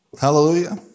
Hallelujah